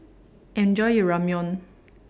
Enjoy your Ramyeon